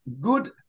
good